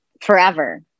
forever